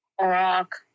rock